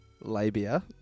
Labia